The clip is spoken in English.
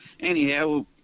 Anyhow